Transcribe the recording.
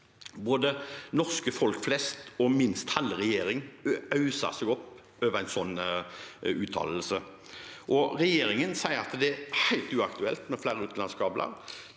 Både folk flest i Norge og minst halve regjeringen øser seg opp over en sånn uttalelse. Regjeringen sier at det er helt uaktuelt med flere utenlandskabler.